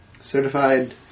Certified